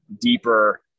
deeper